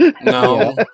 No